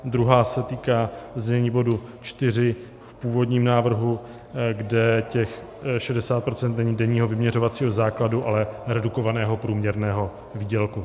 Druhá se týká znění bodu 4 v původním návrhu, kde těch 60 % není denního vyměřovacího základu, ale redukovaného průměrného výdělku.